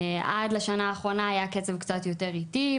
עד לשנה האחרונה היה קצב קצת יותר איטי.